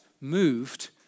moved